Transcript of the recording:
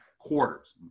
Quarters